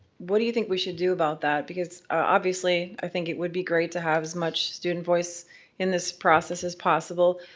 what do you think we should do about that? because, obviously, i think it would be great to have as much student voice in this process as possible.